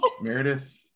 meredith